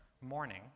morning